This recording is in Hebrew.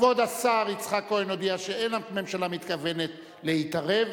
כבוד השר יצחק כהן הודיע שאין הממשלה מתכוונת להתערב,